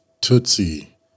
Tootsie